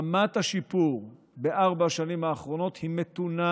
רמת השיפור בארבע השנים האחרונות היא מתונה,